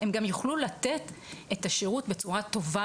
הם גם יוכלו לתת את השירות בצורה טובה